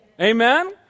Amen